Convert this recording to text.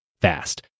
fast